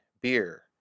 beer